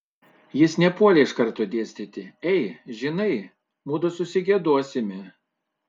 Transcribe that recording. jis nepuolė iš karto dėstyti ei žinai mudu susigiedosime